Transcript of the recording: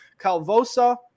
Calvosa